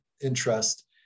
interest